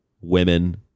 women